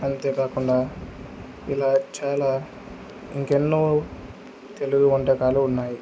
అంతేకాకుండా ఇలా చాలా ఇంకెన్నో తెలుగు వంటకాలు ఉన్నాయి